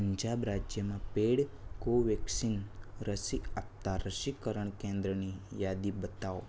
પંજાબ રાજ્યમાં paid Covaxin રસી આપતાં રસીકરણ કેન્દ્રની યાદી બતાવો